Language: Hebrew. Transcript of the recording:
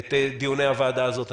את דיוני הוועדה הזאת.